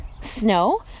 snow